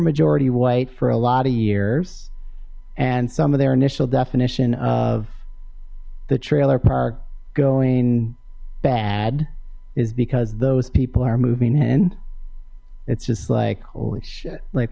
majority white for a lot of years and some of their initial definition of the trailer park going bad is because those people are moving in it's just like holy shit like